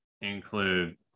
include